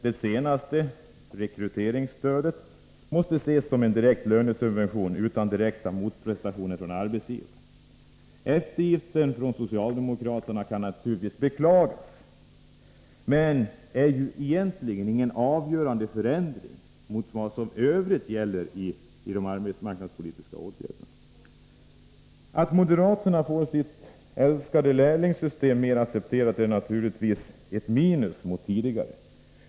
Det senaste, rekryteringsstödet, måste ses som en direkt lönesubvention utan bestämda motprestationer från arbetsgivarna. Eftergiften från socialdemokraterna kan naturligtvis beklagas, men den innebär egentligen ingen avgörande förändring mot vad som i övrigt gäller i fråga om de arbetsmarknadspolitiska åtgärderna. Den andra eftergiften, att moderaterna får sitt älskade lärlingssystem mer accepterat, är naturligtvis ett minus jämfört med tidigare.